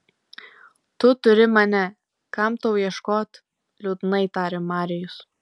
tu turi mane kam tau ieškot liūdnai tarė marijus